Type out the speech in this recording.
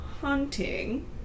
hunting